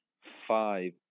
five